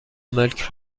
ملک